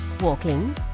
walking